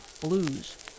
Blues